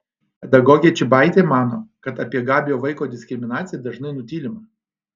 pedagogė čybaitė mano kad apie gabiojo vaiko diskriminaciją dažnai nutylima